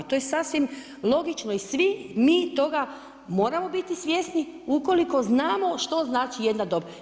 To je sasvim logično i svi mi toga moramo biti svjesni ukoliko znamo što znači jedna dob.